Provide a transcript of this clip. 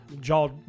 jaw